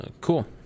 cool